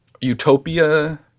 utopia